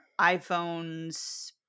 iPhones